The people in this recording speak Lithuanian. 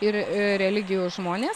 ir religijos žmones